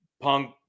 Punk